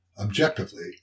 objectively